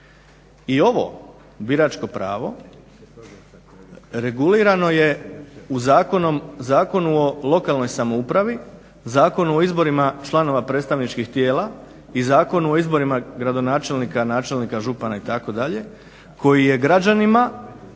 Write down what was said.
I ovo biračko pravo regulirano je u Zakonu o lokalnoj samoupravi, Zakonu o izborima članova predstavničkih tijela i Zakonu o izborima gradonačelnika, načelnika, župana itd. koji je građanima